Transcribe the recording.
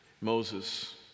Moses